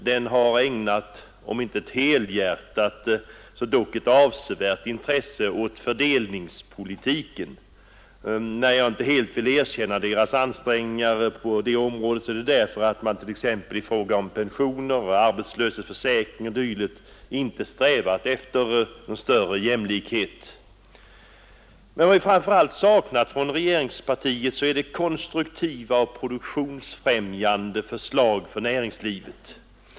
Den har ägnat om inte helhjärtat så dock avsevärt intresse åt fördelningspolitiken. När jag inte helt vill erkänna socialdemokraternas ansträngningar på detta område är det därför att man t.ex. i fråga om pensioner, arbetslöshetsförsäkringar o. d. inte strävat efter större jämlikhet. Vad vi framför allt saknat hos regeringspartiet är konstruktiva och produktionsfrämjande förslag för näringslivet.